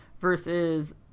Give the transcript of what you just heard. versus